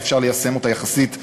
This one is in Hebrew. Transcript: שאפשר ליישם אותה יחסית בקלות,